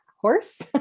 horse